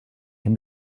can